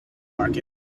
market